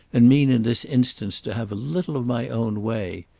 and mean in this instance to have a little of my own way.